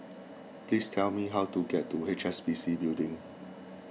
please tell me how to get to H S B C Building